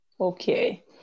Okay